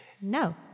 No